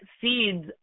seeds